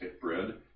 bread